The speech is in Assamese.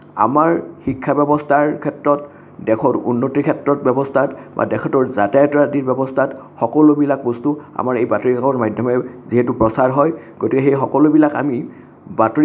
আমাৰ শিক্ষা ব্যৱস্থাৰ ক্ষেত্ৰত দেশৰ উন্নতিৰ ক্ষেত্ৰত ব্যৱস্থাত বা দেশৰ যাতায়ত আদিৰ ব্যৱস্থাত সকলোবিলাক বস্তু আমাৰ এই বাতৰি কাকত মাধ্যমে যিহেতু প্ৰচাৰ হয় গতিকে সেই সকলোবিলাক আমি